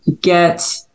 get